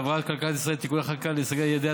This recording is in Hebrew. התוכנית להבראת כלכלת ישראל (תיקוני חקיקה להשגת יעדי